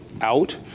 out